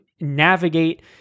navigate